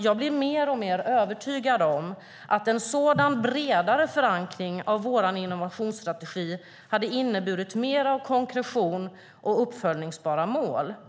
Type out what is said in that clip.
Jag blir mer och mer övertygad om att en sådan bredare förankring av vår innovationsstrategi hade inneburit mer av konkretion och uppföljbara mål.